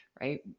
right